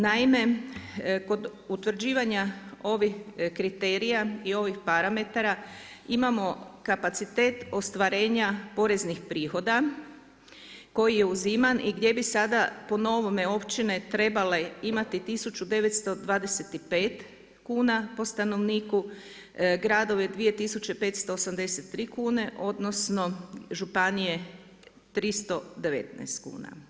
Naime, kod utvrđivanja ovih kriterija i ovih parametra imamo kapacitet ostvarenja poreznih prihoda koji je uziman i gdje bi sada po novome općine trebale imati 1925 kn po stanovnik, gradovi 2583 kune, odnosno županije 319 kn.